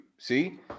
See